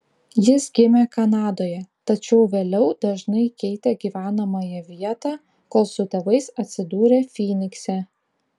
jis gimė kanadoje tačiau vėliau dažnai keitė gyvenamąją vietą kol su tėvais atsidūrė fynikse